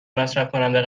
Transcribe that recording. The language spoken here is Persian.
مصرفکننده